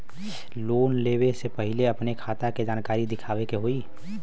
Loan लेवे से पहिले अपने खाता के जानकारी दिखावे के होई?